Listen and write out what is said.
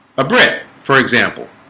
a brit for example